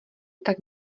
tak